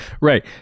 Right